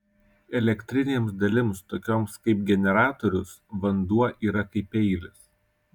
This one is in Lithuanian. elektrinėms dalims tokioms kaip generatorius vanduo yra kaip peilis